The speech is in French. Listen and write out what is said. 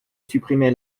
supprimer